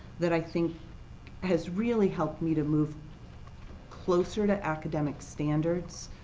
that i think has really helped me to move closer to academic standards.